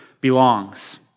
belongs